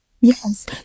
Yes